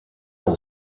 will